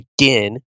again